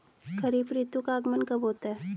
खरीफ ऋतु का आगमन कब होता है?